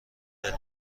دلیل